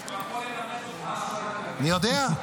הוא יכול ללמד אותך --- אני יודע.